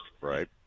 Right